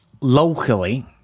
locally